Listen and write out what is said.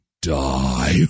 die